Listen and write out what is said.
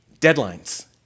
Deadlines